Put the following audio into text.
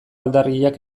aldarriak